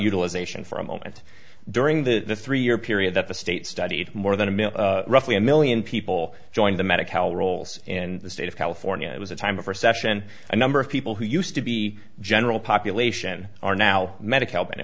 utilization for a moment during the three year period that the state studied more than a male roughly a million people joined the medic hell roles and the state of california it was a time of recession a number of people who used to be general population are now medic help